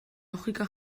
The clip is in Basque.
logika